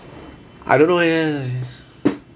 I don't know leh